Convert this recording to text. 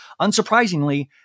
Unsurprisingly